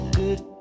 good